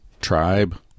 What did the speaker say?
tribe